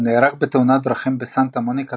הוא נהרג בתאונת דרכים בסנטה מוניקה